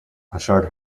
assured